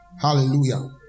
Hallelujah